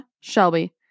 Shelby